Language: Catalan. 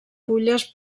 fulles